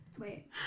wait